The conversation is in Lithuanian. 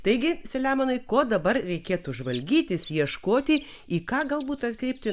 taigi selemonai ko dabar reikėtų žvalgytis ieškoti į ką galbūt atkreipti